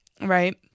right